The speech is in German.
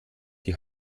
die